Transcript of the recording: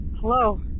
Hello